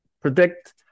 predict